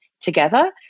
together